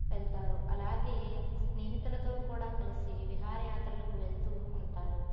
వెళ్తారు అలాగే స్నేహితులతో కూడా కలిసి విహారయాత్రలకు వెళ్తూ ఉంటారు